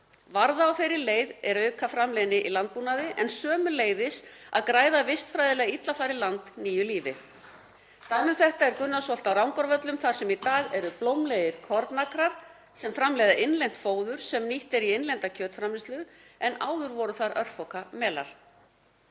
Varða á þeirri leið er að auka framleiðni í landbúnaði en sömuleiðis að græða vistfræðilega illa farið land nýju lífi. Dæmi um þetta er Gunnarsholt á Rangárvöllum þar sem í dag eru blómlegir kornakrar sem framleiða innlent fóður sem nýtt er í innlenda kjötframleiðslu en áður voru þar örfoka melar.